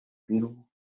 beautiful